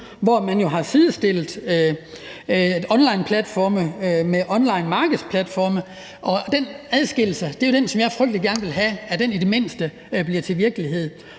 hvor man jo har sidestillet onlineplatforme med onlinemarkedsplatforme. Den adskillelse er jo den, jeg frygtelig gerne vil have i det mindste bliver til virkelighed,